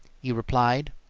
he replied.